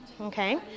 okay